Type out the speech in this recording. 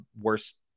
worst